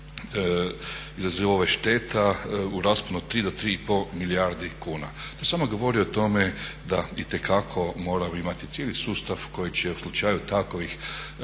izazove štetu u rasponu 3-3,5 milijardi kuna. To samo govori o tome da itekako moramo imati cijeli sustav koji će u slučaju takvih